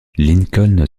lincoln